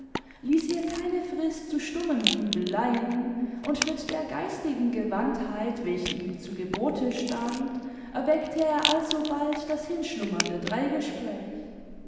ließ ihr keine frist zu stummen grübeleien und mit der geistigen gewandtheit welche ihm zu gebote stand erweckte er alsobald das hinschlummernde dreigespräch